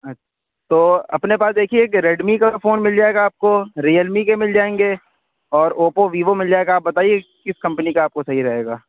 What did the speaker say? اچھا تو اپنے پاس دیکھیے ایک ریڈ می کا فون مل جائے گا آپ کو ریئل می کے مل جائیں گے اور اوپو ویوو مل جائے گا آپ بتائیے کس کمپنی کا آپ کو صحیح رہے گا